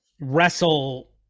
wrestle